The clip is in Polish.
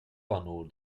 panu